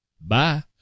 bye